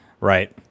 Right